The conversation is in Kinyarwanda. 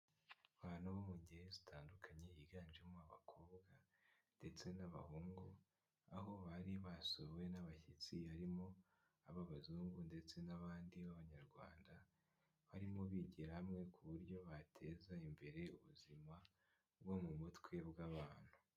Abantu bo mu ngeri zitandukanye higanjemo abakobwa, ndetse n'abahungu, aho bari basuwe n'abashyitsi, harimo ab'abazungu ndetse n'abandi b'abanyarwanda, barimo bigira hamwe, ku buryo bateza imbere ubuzima bwo mu mutwe bw'abantu.